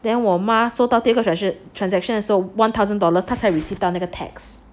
then 我妈收到第二个 transaction 的时后 one thousand dollars 他才 received 到那个 text